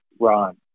Ron